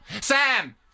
Sam